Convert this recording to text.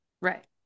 Right